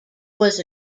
was